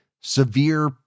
severe